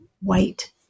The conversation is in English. white